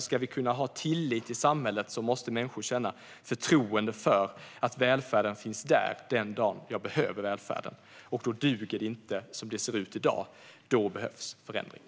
Ska vi kunna ha tillit till samhället måste människor känna förtroende för att välfärden finns där den dag man behöver den. Då duger det inte som det ser ut i dag, utan då behövs förändringar.